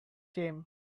gym